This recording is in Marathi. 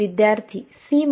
विद्यार्थी सीमा